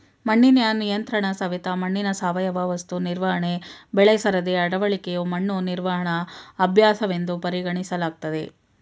ಮಣ್ಣಿನ ನಿಯಂತ್ರಣಸವೆತ ಮಣ್ಣಿನ ಸಾವಯವ ವಸ್ತು ನಿರ್ವಹಣೆ ಬೆಳೆಸರದಿ ಅಳವಡಿಕೆಯು ಮಣ್ಣು ನಿರ್ವಹಣಾ ಅಭ್ಯಾಸವೆಂದು ಪರಿಗಣಿಸಲಾಗ್ತದೆ